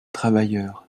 travailleurs